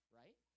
right